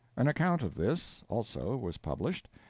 an account of this, also, was published,